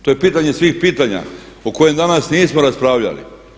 To je pitanje svih pitanja o kojima danas nismo raspravljali.